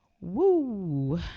Woo